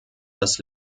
das